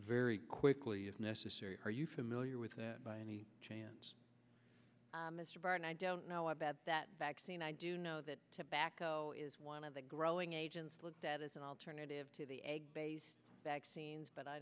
very quickly if necessary how are you familiar with that by any chance mr barr and i don't know about that vaccine i do know that tobacco is one of the growing agents looked at as an alternative to the vaccines but i